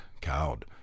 cowed